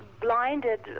blinded